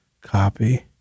copy